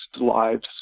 lives